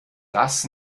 das